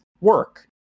work